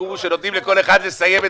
הסיכום הוא שנותנים לכל אחד לסיים את